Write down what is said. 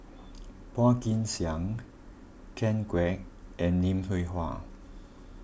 Phua Kin Siang Ken Kwek and Lim Hwee Hua